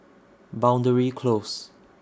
Boundary Close